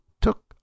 took